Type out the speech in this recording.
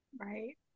right